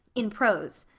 in prose,